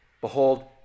Behold